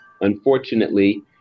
unfortunately